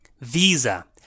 visa